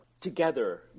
together